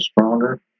stronger